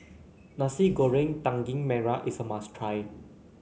Nasi Goreng Daging Merah is a must try